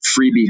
freebie